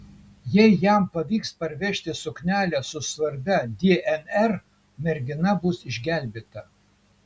jei jam pavyks pervežti suknelę su svarbia dnr mergina bus išgelbėta